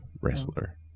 wrestler